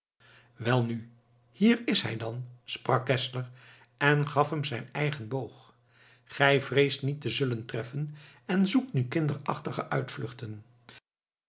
welnu hier is hij dan sprak geszler en gaf hem zijn eigen boog gij vreest niet te zullen treffen en zoekt nu kinderachtige uitvluchten